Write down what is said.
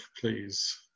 please